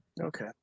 okay